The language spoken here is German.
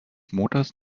motors